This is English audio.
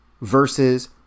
versus